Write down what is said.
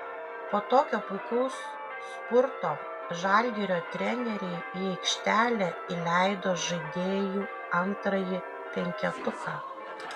po tokio puikaus spurto žalgirio treneriai į aikštelę įleido žaidėjų antrąjį penketuką